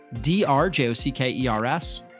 D-R-J-O-C-K-E-R-S